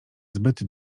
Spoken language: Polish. zbyt